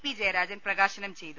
P Jayarajan പ്രകാശനം ചെയ്തു